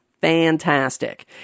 fantastic